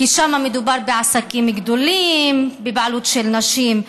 כי מדובר שם בעסקים גדולים בבעלות של נשים,